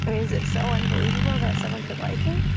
i mean is it so unbelievable that someone could like me?